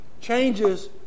changes